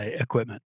equipment